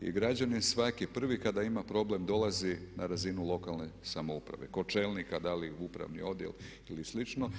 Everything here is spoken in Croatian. I građanin svaki prvi kada ima problem dolazi na razinu lokalne samouprave kod čelnika, da li u upravni odjel ili slično.